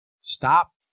Stop